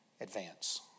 advance